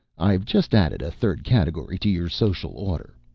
i've just added a third category to your social order.